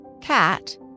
Cat